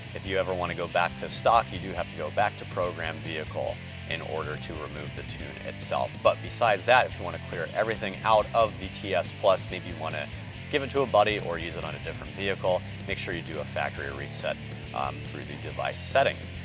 if you ever wanna go back to stock, you do have to go back to program vehicle in order to remove the tune itself. but besides that, if you wanna clear everything out of the ts, maybe you wanna give it to a buddy or use it on a different vehicle, make sure you do a factory reset um through the device settings.